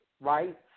right